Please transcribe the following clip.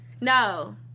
No